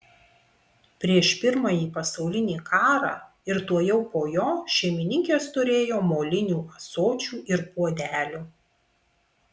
prieš pirmąjį pasaulinį karą ir tuojau po jo šeimininkės turėjo molinių ąsočių ir puodelių